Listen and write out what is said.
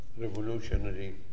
revolutionary